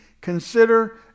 consider